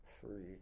free